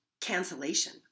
cancellation